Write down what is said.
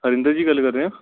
ਹਰਿੰਦਰ ਜੀ ਗੱਲ ਕਰ ਰਹੇ ਹੋ